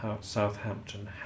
Southampton